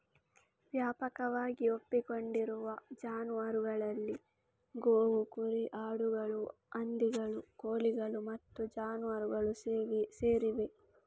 ವ್ಯಾಪಕವಾಗಿ ಒಪ್ಪಿಕೊಂಡಿರುವ ಜಾನುವಾರುಗಳಲ್ಲಿ ಗೋವು, ಕುರಿ, ಆಡುಗಳು, ಹಂದಿಗಳು, ಕೋಳಿಗಳು ಮತ್ತು ಜಾನುವಾರುಗಳು ಸೇರಿವೆ